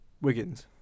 Wiggins